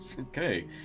Okay